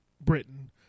britain